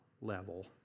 level